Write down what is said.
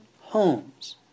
homes